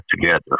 together